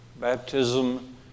baptism